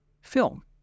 film